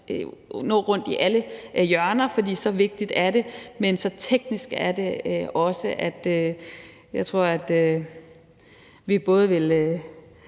og nå rundt i alle hjørner, for så vigtigt er det, men det er også så teknisk, at jeg tror, at vi både ville